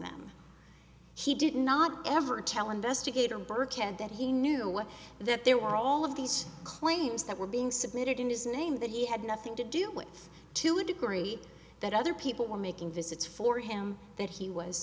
them he did not ever tell investigator birkhead that he knew what that there were all of these claims that were being submitted in his name that he had nothing to do with to a degree that other people were making visits for him that he was